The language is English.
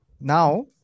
Now